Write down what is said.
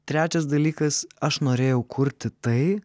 trečias dalykas aš norėjau kurti tai